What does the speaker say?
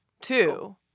Two